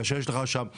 כאשר יש לך שם התבוללות,